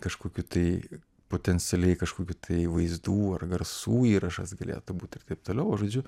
kažkokių tai potencialiai kažkokių tai vaizdų ar garsų įrašas galėtų būt ir taip toliau žodžiu